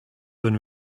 when